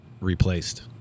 replaced